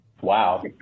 Wow